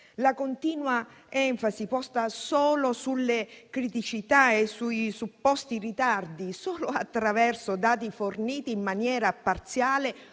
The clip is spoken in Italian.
La continua enfasi posta solo sulle criticità e sui supposti ritardi, solo attraverso dati forniti in maniera parziale